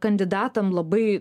kandidatam labai